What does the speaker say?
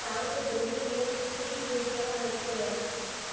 south Delhi में सुठी review जा रेस्टोरेंट